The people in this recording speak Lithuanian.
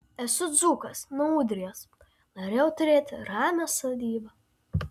esu dzūkas nuo ūdrijos norėjau turėti ramią sodybą